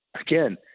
again